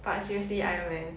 but seriously ironman